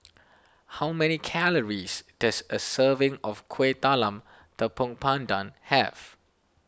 how many calories does a serving of Kueh Talam Tepong Pandan have